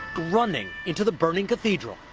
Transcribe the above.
running into the burning cathedral,